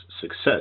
success